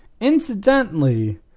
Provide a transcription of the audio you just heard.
Incidentally